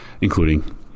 including